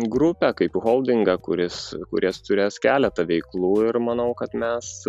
grupę kaip holdingą kuris kuris turės keletą veiklų ir manau kad mes